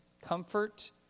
comfort